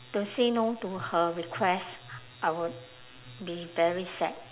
to say no to her request I would be very sad